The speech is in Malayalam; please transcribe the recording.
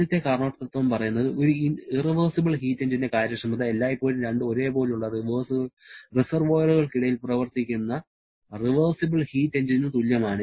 ആദ്യത്തെ കാർനോട്ട് തത്വം പറയുന്നത് ഒരു ഇറവെർസിബൽ ഹീറ്റ് എഞ്ചിന്റെ കാര്യക്ഷമത എല്ലായ്പ്പോഴും രണ്ട് ഒരേപോലുള്ള റിസെർവോയറുകൾക്കിടയിൽ പ്രവർത്തിക്കുന്ന റിവേർസിബിൾ ഹീറ്റ് എഞ്ചിന് തുല്യമാണ്